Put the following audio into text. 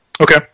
Okay